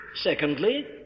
Secondly